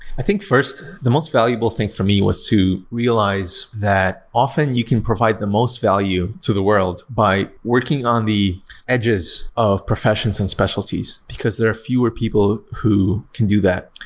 i think, first, the most valuable thing for me was to realize that often you can provide the most value to the world by working on the edges of professions and specialties, because there are fewer people who can do that.